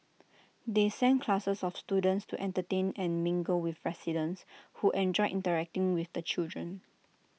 they send classes of students to entertain and mingle with residents who enjoy interacting with the children